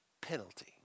penalty